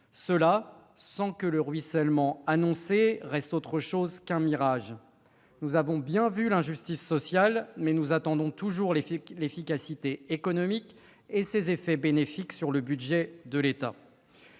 sans que le ruissellement annoncé reste autre chose qu'un mirage. Nous avons bien vu l'injustice sociale, mais nous attendons toujours l'efficacité économique et ses effets bénéfiques sur le budget de l'État.